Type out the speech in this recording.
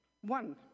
One